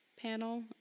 panel